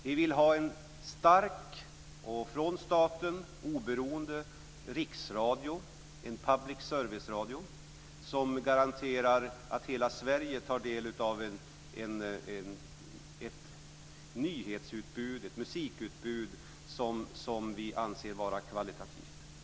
Vi vill ha en stark och från staten oberoende riksradio, en public serviceradio, som garanterar att hela Sverige tar del av ett nyhetsutbud och ett musikutbud som vi anser vara kvalitativt.